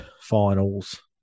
finals